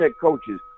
coaches